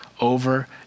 over